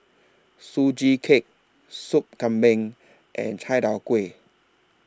Sugee Cake Sup Kambing and Chai Tow Kuay